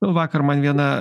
vakar man viena